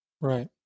Right